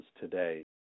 today